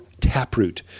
taproot